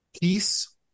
Peace